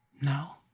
No